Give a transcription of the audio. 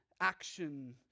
action